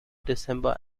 december